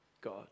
God